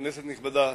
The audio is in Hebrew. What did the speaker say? כנסת נכבדה,